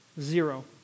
Zero